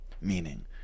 Meaning